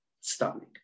stomach